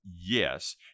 yes